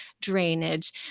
drainage